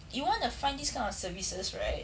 you want to find these kind of services right